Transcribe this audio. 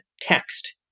text